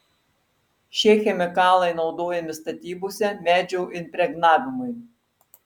šie chemikalai naudojami statybose medžio impregnavimui